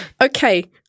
okay